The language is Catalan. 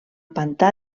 pantà